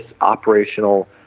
operational